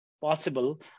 possible